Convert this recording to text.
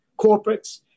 corporates